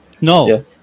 No